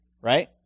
right